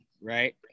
right